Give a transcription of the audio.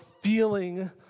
feeling